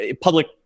public